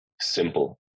simple